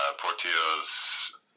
Portillo's